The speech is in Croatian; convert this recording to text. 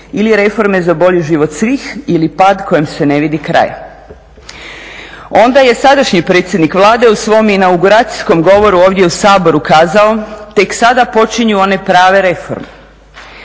ili reforme za bolji život svih ili pad kojem se ne vidi kraja. Onda je sadašnji predsjednik Vlade u svom inauguracijskom govoru ovdje u Saboru kazao tek sada počinju one prave reforme.